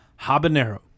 habanero